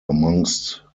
amongst